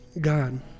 God